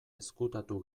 ezkutatu